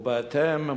ובהתאם,